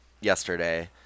yesterday